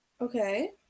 Okay